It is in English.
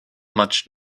much